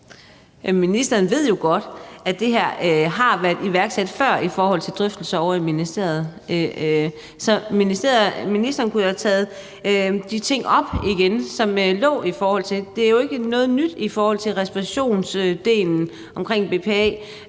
Ministeren ved jo godt, at der før har været iværksat drøftelser ovre i ministeriet, så ministeren kunne jo have taget de ting op igen, som lå i forhold til det. Det er jo ikke noget nyt i forhold til respirationsdelen omkring BPA